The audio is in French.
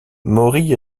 mori